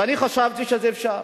ואני חשבתי שזה אפשרי.